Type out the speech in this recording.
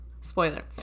Spoiler